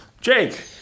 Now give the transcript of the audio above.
Jake